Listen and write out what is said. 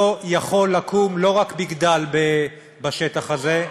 לא יכול לקום לא רק מגדל בשטח הזה,